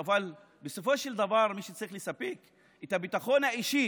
אבל בסופו של דבר מי שצריך לספק את הביטחון האישי